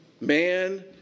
Man